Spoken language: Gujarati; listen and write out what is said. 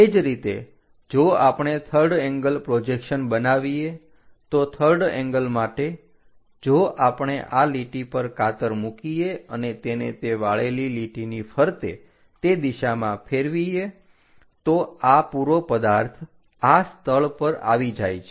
તે જ રીતે જો આપણે થર્ડ એંગલ પ્રોજેક્શન બનાવીએ તો થર્ડ એંગલ માટે જો આપણે આ લીટી પર કાતર મૂકીએ અને તેને તે વાળેલી લીટીની ફરતે તે દિશામાં ફેરવીએ તો આ પૂરો પદાર્થ આ સ્થળ પર આવી જાય છે